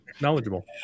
Knowledgeable